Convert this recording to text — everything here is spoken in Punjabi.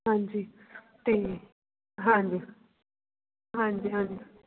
ਹਾਂਜੀ ਅਤੇ ਹਾਂਜੀ ਹਾਂਜੀ ਹਾਂਜੀ